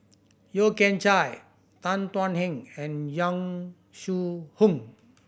Yeo Kian Chye Tan Thuan Heng and Yong Shu Hoong